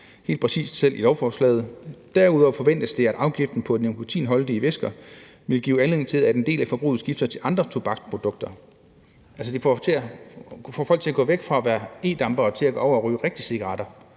helt præcis i lovforslaget: »Derudover forventes det, at afgiften på nikotinholdige væsker vil give anledning til, at en del af forbruget skifter til andre tobaksprodukter«. Altså, det får folk til at gå væk fra at være e-dampere og gå over til at ryge rigtige cigaretter,